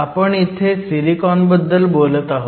आपण इथे सिलिकॉनबद्दल बोलत आहोत